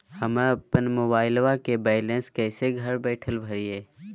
हमरा अपन मोबाइलबा के बैलेंस कैसे घर बैठल भरिए?